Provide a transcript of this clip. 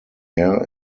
air